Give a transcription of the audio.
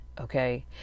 Okay